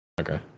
okay